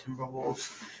Timberwolves